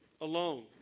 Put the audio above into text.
alone